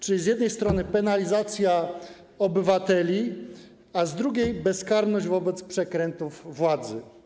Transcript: Czyli z jednej strony penalizacja obywateli, a z drugiej - bezkarność wobec przekrętów władzy.